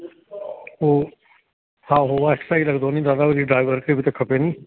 पोइ हा हूअ एक्स्ट्रा ई रखंदो नी दादा वरी ड्राइवर खे बि त खपे नी